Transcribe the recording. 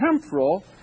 temporal